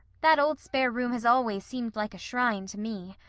that old spare room has always seemed like a shrine to me.